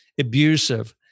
abusive